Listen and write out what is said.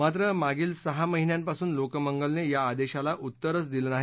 मात्र मागील सहा महिन्यांपासून लोकमंगलने या आदेशाला उत्तरच दिले नाही